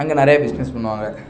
அங்கே நிறையா பிஸ்னஸ் பண்ணுவாங்கள்